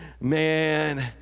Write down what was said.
man